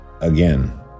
again